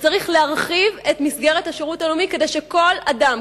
וצריך להרחיב את מסגרת השירות הלאומי כדי שכל אדם,